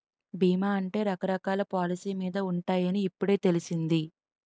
బీమా అంటే రకరకాల పాలసీ మీద ఉంటాయని ఇప్పుడే తెలిసింది